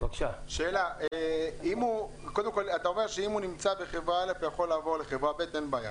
אתה אומר שאם הוא נמצא בחברה א' הוא יכול לעבור לחברה ב' ואין בעיה.